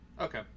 Okay